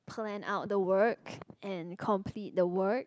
plan out the work and complete the work